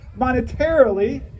monetarily